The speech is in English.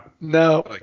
no